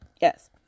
Yes